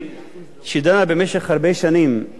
שדנה במשך הרבה שנים בקטע הזה.